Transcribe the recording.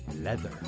Leather